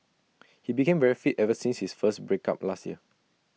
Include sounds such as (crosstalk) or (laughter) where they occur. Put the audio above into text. (noise) he became very fit ever since his break up last year